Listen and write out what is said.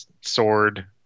sword